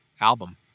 album